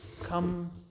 come